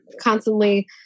constantly